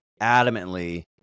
adamantly